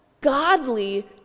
godly